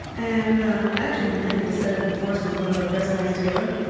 and actually, the night we decided to divorce was one of our best nights together.